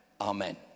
amen